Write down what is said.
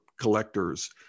collectors